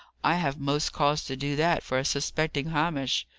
i have most cause to do that, for suspecting hamish.